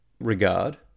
regard